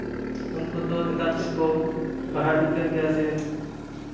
ᱩᱱᱠᱩ ᱫᱚ ᱪᱮᱛᱟᱱ ᱥᱮᱫ ᱠᱚ ᱞᱟᱦᱟ ᱤᱫᱤᱜ ᱠᱟᱱ ᱜᱮᱭᱟ ᱥᱮ